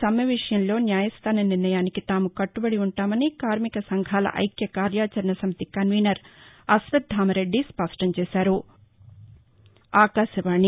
సమ్నె విషయంలో న్యాయస్థానం నిర్ణయానికి తాము కట్టుబడి ఉంటామని కార్మిక సంఘాల ఐక్య కార్యాచరణ సమితి కన్వీనర్ అశ్వత్థామ రెడ్డి స్పష్టం చేశారు